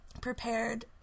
prepared